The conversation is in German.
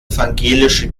evangelische